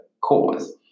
cause